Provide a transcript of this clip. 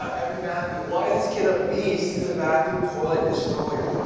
every bathroom. why is this kid a beast? he's a bathroom toilet destroyer.